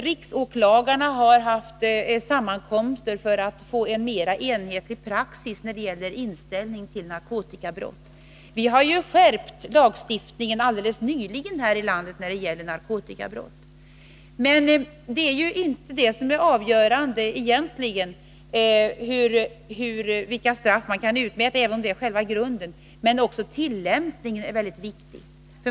Riksåklagarna har haft sammankomster för att få en mera enhetlig praxis när det gäller narkotikabrott. Vi har skärpt lagstiftningen alldeles nyligen här i landet när det gäller narkotikabrott. Men vilka straff man kan utmäta är inte avgörande, även om de är själva grunden — också tillämpningen är väldigt viktig.